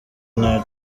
nta